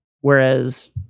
Whereas